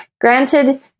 granted